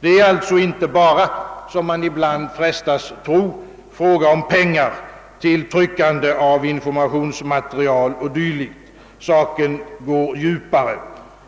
Det är alltså inte bara, som man ibland frestas att tro, fråga om pengar till tryckande av informationsmaterial och dylikt. Saken går djupare;